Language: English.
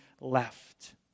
left